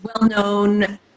well-known